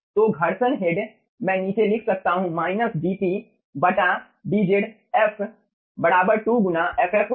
तो घर्षण हेड मैं नीचे लिख सकता हूं dpdz f बराबर 2 गुना ff होगा